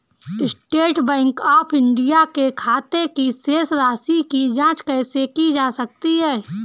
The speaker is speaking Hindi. स्टेट बैंक ऑफ इंडिया के खाते की शेष राशि की जॉंच कैसे की जा सकती है?